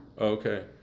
Okay